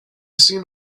seen